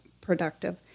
productive